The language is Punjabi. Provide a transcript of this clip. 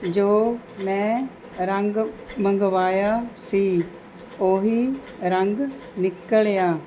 ਜੋ ਮੈਂ ਰੰਗ ਮੰਗਵਾਇਆ ਸੀ ਉਹੀ ਰੰਗ ਨਿਕਲਿਆ